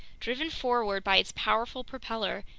driven forward by its powerful propeller,